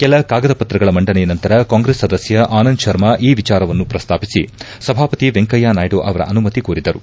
ಕೆಲ ಕಾಗದ ಪತ್ರಗಳ ಮಂಡನೆ ನಂತರ ಕಾಂಗ್ರೆಸ್ ಸದಸ್ಯ ಆನಂದ್ ಶರ್ಮಾ ಈ ವಿಚಾರವನ್ನು ಪ್ರಸ್ತಾಪಿಸಿ ಸಭಾಪತಿ ವೆಂಕಯ್ಯನಾಯ್ದು ಅವರ ಅನುಮತಿ ಕೋರಿದರು